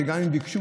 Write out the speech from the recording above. גם אם ביקשו,